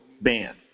band